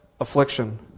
affliction